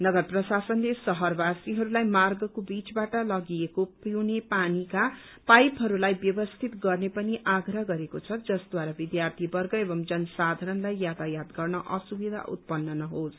नगर प्रशासनले शहरवासीहरूलाई मार्गको बीचबाट लगिएको पीउने पानीका पाइपहस्लाई व्यवस्थित गर्ने पनि आग्रह गरेको छ जसद्वारा विद्यार्थीवर्ग एवं जन साधारणलाई यातायात गर्न असुविधा उत्पन्न नहोस्